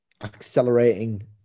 accelerating